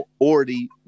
Already